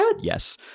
yes